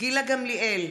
גילה גמליאל,